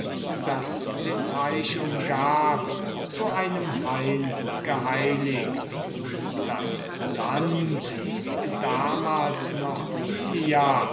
das den teich umgab zu einem hain geheiligt das land hieß damals noch